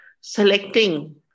selecting